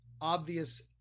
obvious